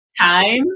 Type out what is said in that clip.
time